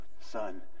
son